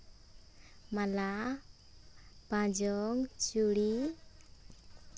ᱢᱟᱞᱟ ᱯᱟᱸᱡᱚᱱ ᱪᱩᱲᱤ